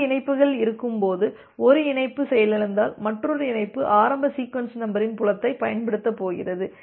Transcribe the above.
இரண்டு இணைப்புகள் இருக்கும் போது ஒரு இணைப்பு செயலிழந்தால் மற்றொரு இணைப்பு ஆரம்ப சீக்வென்ஸ் நம்பரின் புலத்தைப் பயன்படுத்தப் போகிறது